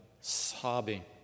sobbing